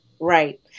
right